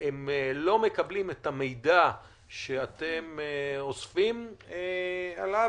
הם לא מקבלים את המידע שאתם אוספים עליו